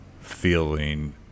feeling